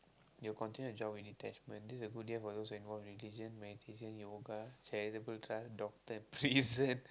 you will continue your job with detachment this is a good year for those involved in religion meditation yoga charitable trust doctor prison